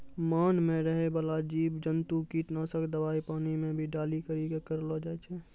मान मे रहै बाला जिव जन्तु किट नाशक दवाई पानी मे भी डाली करी के करलो जाय छै